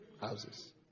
houses